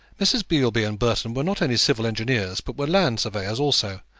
messrs. beilby and burton were not only civil engineers, but were land surveyors also,